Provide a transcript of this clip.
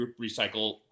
recycle